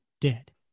Dead